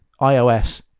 iOS